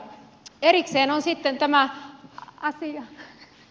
erikseen on sitten tämä asia